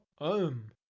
ohm